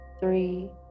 three